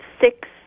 six